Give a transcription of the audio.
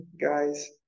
guys